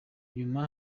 nyuma